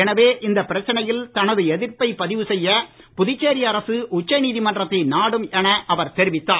எனவே இந்தப் பிரச்சனையில் தனது எதிர்ப்பை பதிவு செய்ய புதுச்சேரி அரசு உச்ச நீதிமன்றத்தை நாடும் என அவர் தெரிவித்தார்